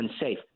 unsafe